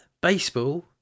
baseball